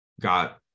got